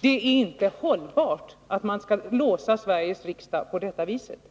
Det är inte hållbart att man skall låsa Sveriges riksdag på detta vis.